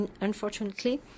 unfortunately